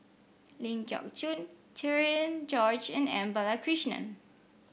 Ling Geok Choon Cherian George and M Balakrishnan